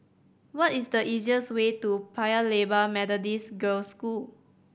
what is the easiest way to Paya Lebar Methodist Girls' School